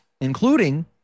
including